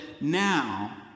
Now